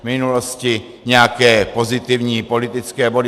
minulosti nějaké pozitivní politické body.